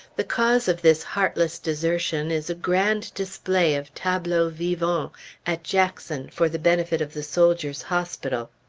the cause of this heartless desertion is a grand display of tableaux vivants at jackson, for the benefit of the soldiers' hospital,